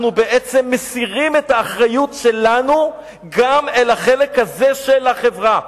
אנחנו בעצם מסירים את האחריות שלנו גם על החלק הזה של החברה.